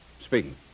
Speaking